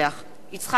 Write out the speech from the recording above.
יצחק אהרונוביץ,